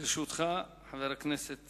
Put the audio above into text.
לרשותך, חבר הכנסת